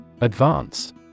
Advance